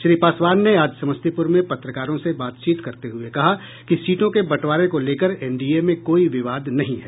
श्री पासवान ने आज समस्तीपुर में पत्रकारों से बातचीत करते हुए कहा कि सीटों के बंटवारें को लेकर एनडीए में कोई विवाद नहीं है